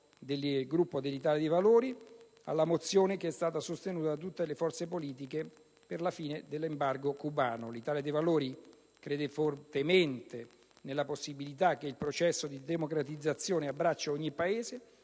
del Gruppo dell'Italia dei Valori alla mozione che è sostenuta da tutte le forze politiche per la fine dell'embargo cubano. L'Italia dei Valori crede fortemente nella possibilità che il processo di democratizzazione abbracci ogni Paese,